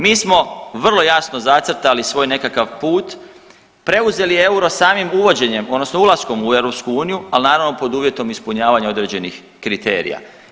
Mi smo vrlo jasno zacrtali svoj nekakav put, preuzeli euro samim uvođenjem odnosno ulaskom u EU ali naravno pod uvjetom ispunjavanja određenih kriterija.